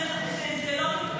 זה משהו שלא נקבע.